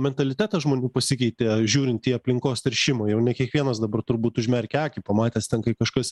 mentalitetas žmonių pasikeitė žiūrint į aplinkos teršimą jau ne kiekvienas dabar turbūt užmerkia akį pamatęs ten kai kažkas